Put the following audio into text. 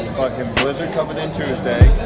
blizzard coming in tuesday,